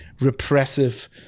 repressive